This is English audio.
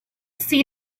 see